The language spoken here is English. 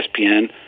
ESPN